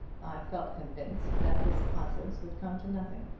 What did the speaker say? i felt convinced that this conference would come to nothing.